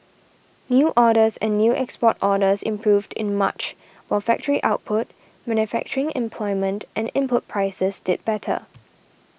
new orders and new export orders improved in March while factory output manufacturing employment and input prices did better